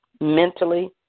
mentally